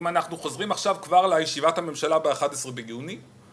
אנחנו חוזרים עכשיו כבר לישיבת הממשלה ב-11 ביוני